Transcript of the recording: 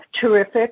terrific